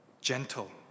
gentle